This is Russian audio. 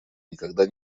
никогда